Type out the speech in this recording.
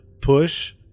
push